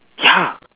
ya